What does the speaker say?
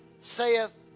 saith